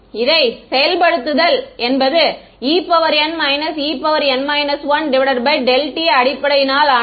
எனவே இதை செயல்படுத்துதல் என்பது t அடிப்படையினால் ஆனது